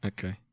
Okay